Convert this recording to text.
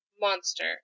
monster